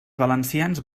valencians